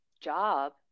job